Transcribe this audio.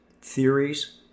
theories